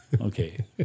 Okay